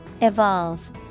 Evolve